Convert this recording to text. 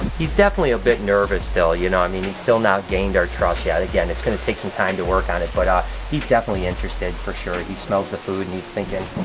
he's definitely a bit nervous still, you know. i mean, he's still not gained our trust yet. again, it's gonna take some time to work on it, but he's definitely interested for sure. he smells the food and he's thinking.